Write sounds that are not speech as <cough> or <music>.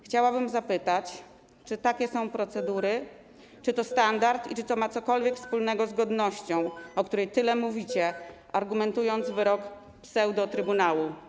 Chciałabym zapytać, czy takie są procedury, <noise> czy to standard i czy to ma cokolwiek wspólnego z godnością, o której tyle mówicie, argumentując wyrok pseudotrybunału.